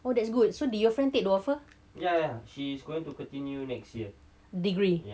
well that's good so did your friend take the offer degree